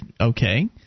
okay